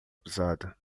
pesada